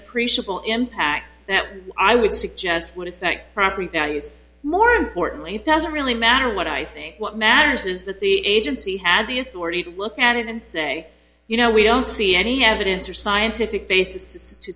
appreciable impact that what i would suggest would affect property values more importantly it doesn't really matter what i think what matters is that the agency had the authority to look at it and say you know we don't see any evidence or scientific basis to